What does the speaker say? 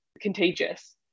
contagious